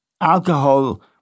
alcohol